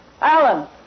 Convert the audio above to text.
Alan